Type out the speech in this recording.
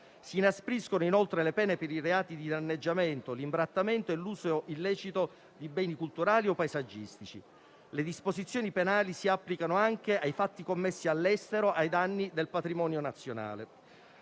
Si inaspriscono inoltre le pene per i reati di danneggiamento, l'imbrattamento e l'uso illecito di beni culturali o paesaggistici. Le disposizioni penali si applicano anche ai fatti commessi all'estero ai danni del patrimonio nazionale.